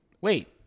Wait